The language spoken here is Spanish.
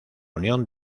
unión